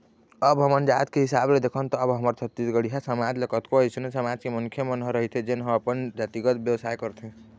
अब हमन जात के हिसाब ले देखन त अब हमर छत्तीसगढ़िया समाज म कतको अइसे समाज के मनखे मन ह रहिथे जेन ह अपन जातिगत बेवसाय करथे